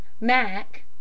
Mac